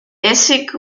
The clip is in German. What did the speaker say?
essig